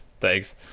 Thanks